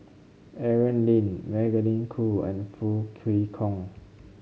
Aaron Lee Magdalene Khoo and Foo Kwee Horng